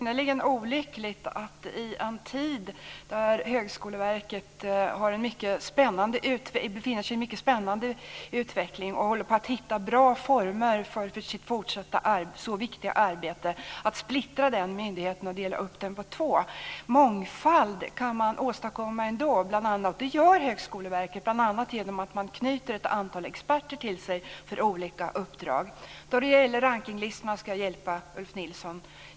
Herr talman! Jag tror att det skulle vara synnerligen olyckligt att, i en tid när Högskoleverket befinner sig i en mycket spännande utveckling och håller på att hitta bra former för sitt fortsatta viktiga arbete, splittra den myndigheten och dela upp den på två. Man kan åstadkomma mångfald ändå. Det gör Högskoleverket bl.a. genom att man knyter ett antal experter till sig för olika uppdrag. Jag ska hjälpa Ulf Nilsson med rankningslistorna.